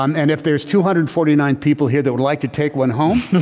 um and if there's two hundred and forty nine people here that would like to take one home.